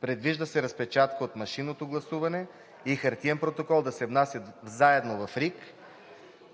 Предвижда се разпечатката от машинното гласуване и хартиеният протокол да се внасят заедно в РИК,